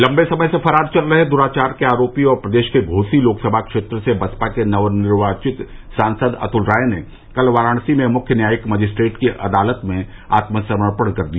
लंबे समय से फरार चल रहे दुराचार के आरोपी और प्रदेश के घोसी लोकसभा क्षेत्र से बसपा के नवनिर्वाचित सांसद अतुल राय ने कल वाराणसी में मृख्य न्यायिक मजिस्ट्रेट की अदालत में आत्मसमर्पण कर दिया